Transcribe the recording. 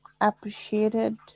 appreciated